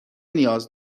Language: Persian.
نیاز